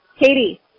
Katie